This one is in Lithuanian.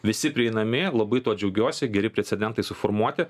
visi prieinami labai tuo džiaugiuosi geri precedentai suformuoti